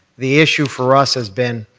the issue for us has been,